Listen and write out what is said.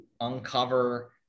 uncover